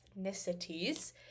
ethnicities